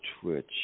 twitch